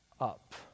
up